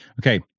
Okay